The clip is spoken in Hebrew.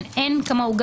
אין כמוהו.